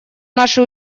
наши